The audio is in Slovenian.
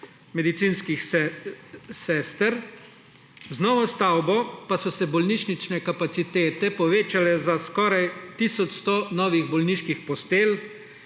medicinskih sester. Z novo stavbo pa so se bolnišnične kapacitete povečale za skoraj tisoč 100 novih bolniških postelj,